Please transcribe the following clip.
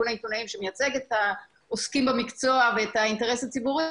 העיתונאים שמייצג את העוסקים במקצוע ואת האינטרס הציבורי,